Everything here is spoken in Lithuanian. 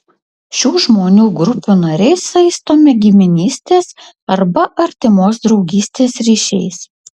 šių žmonių grupių nariai saistomi giminystės arba artimos draugystės ryšiais